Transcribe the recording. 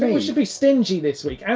we should be stingy this week. and